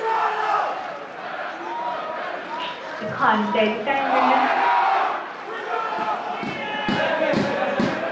ते खानी चाहिदी टाइम कन्नै